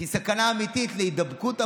שהם סכנה אמיתית להידבקות המונית,